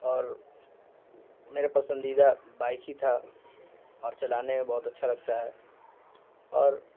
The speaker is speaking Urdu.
اور میرا پسندیدہ بائک ہی تھا اور چلانے میں بہت اچھا لگتا ہے اور